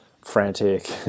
frantic